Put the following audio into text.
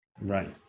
Right